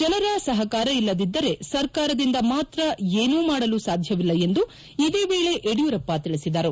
ಜನರ ಸಹಕಾರ ಇಲ್ಲದಿದ್ದರೆ ಸರ್ಕಾರದಿಂದ ಮಾತ್ರ ಏನೂ ಮಾಡಲು ಸಾಧ್ಯವಿಲ್ಲ ಎಂದು ಇದೇ ವೇಳೆ ಯಡಿಯೂರಪ್ಪ ತಿಳಿಸಿದರು